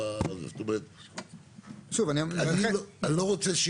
אני לא רוצה,